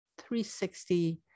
360